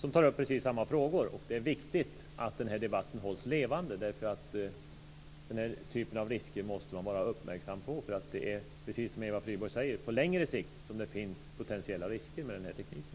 där vi tar upp precis samma frågor. Det är viktigt att denna debatt hålls levande. Den här typen av risker måste man nämligen vara uppmärksam på, eftersom det, precis som Eva Flyborg säger, är på längre sikt som det finns potentiella risker med den här tekniken.